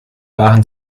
waren